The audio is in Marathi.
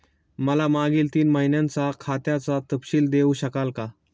मला मागील तीन महिन्यांचा खात्याचा तपशील देऊ शकाल का?